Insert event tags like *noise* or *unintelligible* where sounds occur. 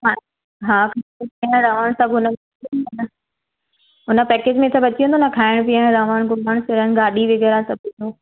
हा हा *unintelligible* हुन पैकेज में सभु अची वेंदो न खाइण पीअण रवण घुमण फिरण गाॾी वग़ैरह सभु ईंदो